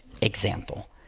example